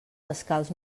descalç